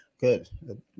Good